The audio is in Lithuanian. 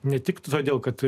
ne tik todėl kad